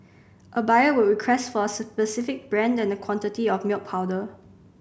a buyer would request for a specific brand and quantity of milk powder